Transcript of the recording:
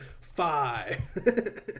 Five